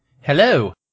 Hello